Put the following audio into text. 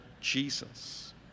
Jesus